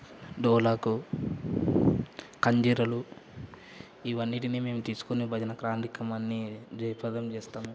డోలకు కంజీరలు ఇవన్నింటినీ మేము తీసుకుని భజన కార్యక్రమాన్ని జయప్రదం చేస్తాము